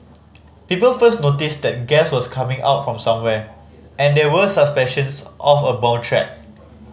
people first noticed that gas was coming out from somewhere and there were suspicions of a bomb threat